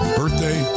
birthday